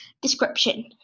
Description